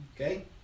Okay